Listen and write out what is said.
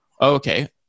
Okay